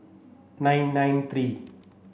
nine nine three